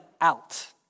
out